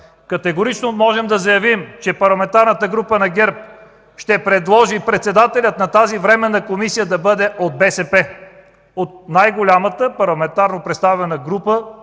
Категорично можем да заявим, че Парламентарната група на ГЕРБ ще предложи председателят на тази временна комисия да бъде от БСП, от най-голямата парламентарно представена група